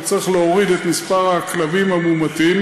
וצריך להוריד את מספר הכלבים המומתים.